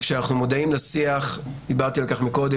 כשאנחנו מודעים לשיח הנוקב,